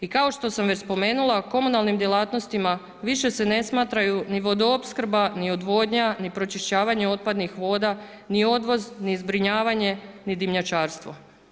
I kao što sam već spomenula, komunalnim djelatnostima više se ne smatraju ni vodoopskrba bi odvodnja ni pročišćavanje otpadnih voda ni odvoz ni zbrinjavanje ni dimnjačarstvo.